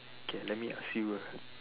okay let me ask you